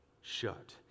shut